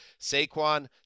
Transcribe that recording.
Saquon